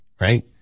right